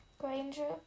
Granger